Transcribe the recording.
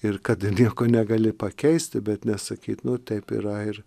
ir kad nieko negali pakeisti bet ne sakyt nu taip yra ir